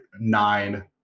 nine